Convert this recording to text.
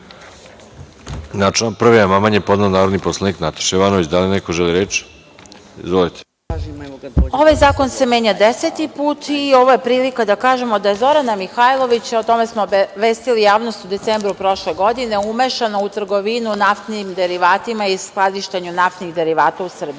član 1. amandman je podnela narodni poslanik Nataša Jovanović. Da li neko želi reč? Izvolite. **Nataša Jovanović** Ovaj zakon se menja deseti put i ovo je prilika da kažemo da je Zorana Mihajlović, o tome smo obavestili javnost u decembru prošle godine, umešana u trgovinu naftnim derivatima i skladištenju naftnih derivata u Srbiji. Naime,